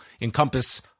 encompass